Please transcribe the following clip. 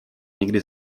někdy